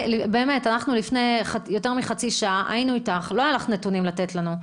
אבל אנחנו לפני יותר מחצי שעה היינו איתך ולא היו לך נתונים לתת לנו.